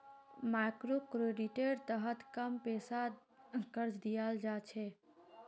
मइक्रोक्रेडिटेर तहत कम पैसार कर्ज दियाल जा छे